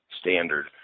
standard